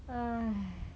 !hais!